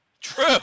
True